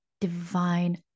divine